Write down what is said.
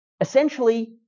essentially